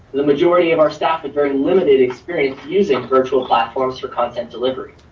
the majority of our staff had very limited experience using virtual platforms for content delivery.